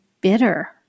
bitter